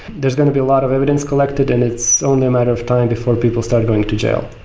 there's going to be a lot of evidence collected and it's only a matter of time before people started going to jail.